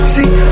See